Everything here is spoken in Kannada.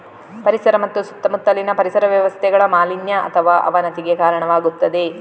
ಪರಿಸರ ಮತ್ತು ಸುತ್ತಮುತ್ತಲಿನ ಪರಿಸರ ವ್ಯವಸ್ಥೆಗಳ ಮಾಲಿನ್ಯ ಅಥವಾ ಅವನತಿಗೆ ಕಾರಣವಾಗುತ್ತದೆ